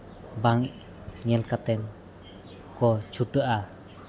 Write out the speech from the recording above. ᱵᱟᱝ ᱧᱮᱞ ᱠᱟᱛᱮ ᱠᱚ ᱪᱷᱩᱴᱟᱹᱜᱼᱟ